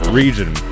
region